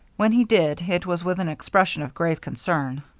when he did, it was with an expression of grave concern.